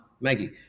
maggie